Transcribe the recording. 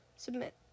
Submit